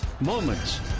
moments